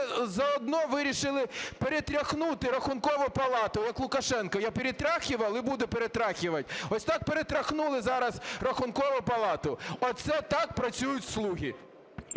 заодно вирішили перетряхнути Рахункову палату. Як Лукашенко, я перетряхивал и буду перетряхивать. Ось так перетряхнули зараз Рахункову палату. Оце так працюють "слуги".